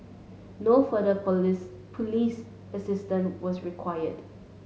no further police please assistance was required